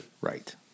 Right